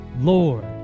Lord